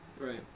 Right